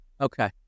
Okay